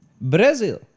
Brazil